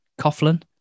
Coughlin